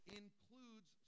includes